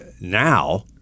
now